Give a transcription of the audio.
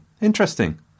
Interesting